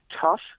tough